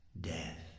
death